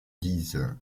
disent